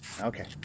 Okay